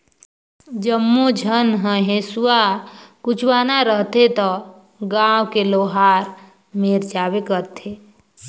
जम्मो झन ह हेसुआ कुचवाना रहथे त गांव के लोहार मेर जाबे करथे